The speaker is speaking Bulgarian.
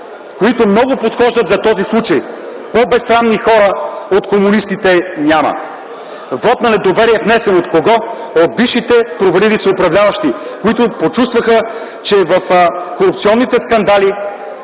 които много подхождат за този случай: „По-безсрамни хора от комунистите няма!” Вот на недоверие – внесен от кого? От бившите провалили се управляващи, които почувстваха, че в корупционните скандали